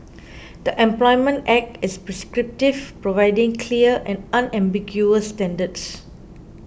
the Employment Act is prescriptive providing clear and unambiguous standards